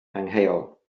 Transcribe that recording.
angheuol